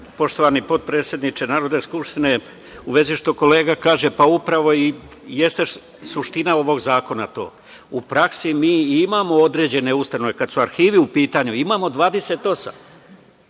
Poštovani potpredsedniče Narodne skupštine, u vezi ovog što kolega kaže, upravo i jeste suština ovog zakona to. U praksi mi imamo određene ustanove. Kad su arhivi u pitanju, imamo 28,